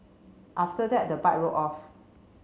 after that the bike rode off